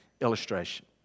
illustration